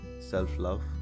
self-love